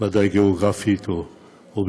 ודאי מבחינה גיאוגרפית, או בכלל,